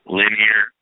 linear